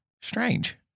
strange